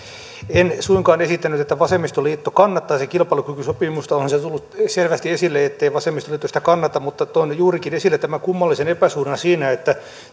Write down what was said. en suinkaan esittänyt että vasemmistoliitto kannattaisi kilpailukykysopimusta onhan se tullut selvästi esille ettei vasemmistoliitto sitä kannata mutta toin juurikin esille tämän kummallisen epäsuhdan siinä että